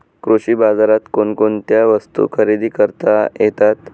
कृषी बाजारात कोणकोणत्या वस्तू खरेदी करता येतात